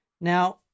Now